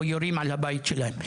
או שיורים על הבית שלהם.